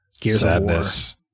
sadness